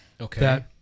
Okay